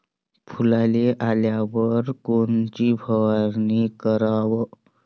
फुलाले आल्यावर कोनची फवारनी कराव?